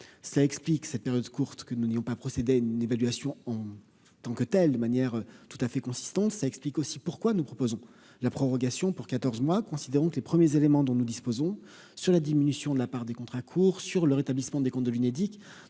ça explique cette période courte que nous n'ayons pas procéder à une évaluation en tant que telle manière tout à fait consistant, ça explique aussi pourquoi nous proposons la prorogation pour 14 mois, considérant que les premiers éléments dont nous disposons sur la diminution de la part des contrats courts sur le rétablissement des comptes de l'Unédic